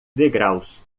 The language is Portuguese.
degraus